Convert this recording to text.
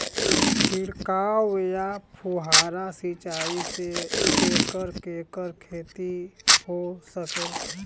छिड़काव या फुहारा सिंचाई से केकर केकर खेती हो सकेला?